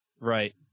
Right